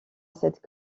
cette